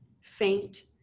faint